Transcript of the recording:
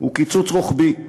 הוא קיצוץ רוחבי.